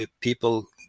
people